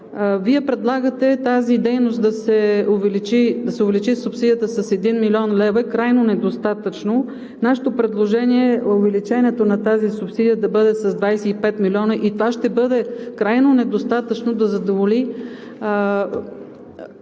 Вие предлагате за тази дейност да се увеличи субсидията с 1 млн. лв., но е крайно недостатъчно. Нашето предложение е увеличението на тази субсидия да бъде с 25 милиона и това ще бъде крайно недостатъчно да задоволи